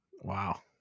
Wow